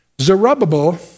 Zerubbabel